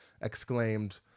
exclaimed